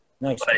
Nice